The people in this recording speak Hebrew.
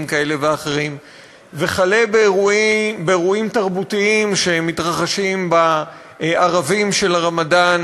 כאלה ואחרים וכלה באירועים תרבותיים שמתרחשים בערבים של הרמדאן.